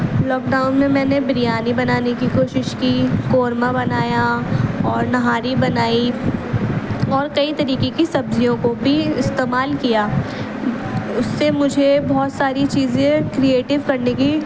lock down میں میں نے بریانی بنانے کی کوشش کی قورمہ بنایا اور نہاری بنائی اور کئی طریقے کی سبزیوں کو بھی استعمال کیا اس سے مجھے بہت ساری چیزیں کریٹیو کرنے کی